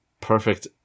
perfect